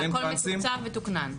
והכל מתוקצב ומתוקנן?